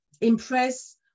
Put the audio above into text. impress